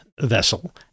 vessel